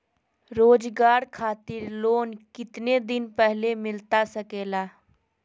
रोजगार खातिर लोन कितने दिन पहले मिलता सके ला?